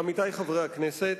עמיתי חברי הכנסת,